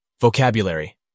Vocabulary